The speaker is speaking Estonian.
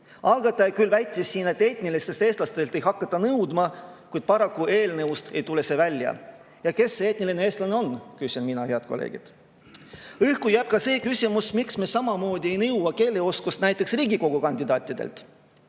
Algataja küll väitis siin, et etnilistelt eestlastelt ei hakata seda nõudma, kuid paraku eelnõust ei tule see välja. Ja kes see etniline eestlane on, küsin mina, head kolleegid. Õhku jääb ka see küsimus, miks me samamoodi ei nõua keeleoskust näiteks Riigikogu [liikme] kandidaatidelt.